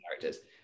characters